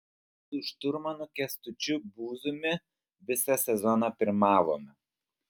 su šturmanu kęstučiu būziumi visą sezoną pirmavome